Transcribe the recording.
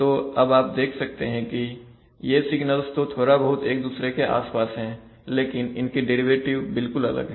तो अब आप देख सकते हैं कि ये सिगनल्स तो थोड़ा बहुत एक दूसरे के आसपास हैं लेकिन इनके डेरिवेटिव बिल्कुल अलग है